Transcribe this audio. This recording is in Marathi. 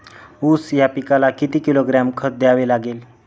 ऊस या पिकाला किती किलोग्रॅम खत द्यावे लागेल?